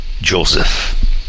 Joseph